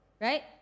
right